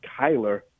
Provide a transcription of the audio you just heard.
Kyler